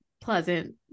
pleasant